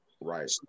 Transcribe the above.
right